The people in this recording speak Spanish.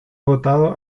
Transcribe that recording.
votado